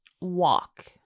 walk